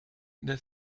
that